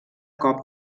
cop